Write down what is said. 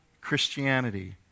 Christianity